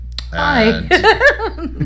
hi